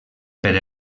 per